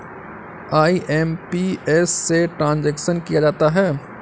IMPS से transaction किया जाता है